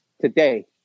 today